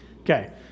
Okay